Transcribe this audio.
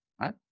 right